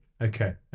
Okay